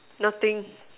nothing